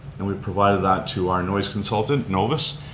and we've provided that to our noise consultant, novice,